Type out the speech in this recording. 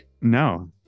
No